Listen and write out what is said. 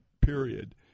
period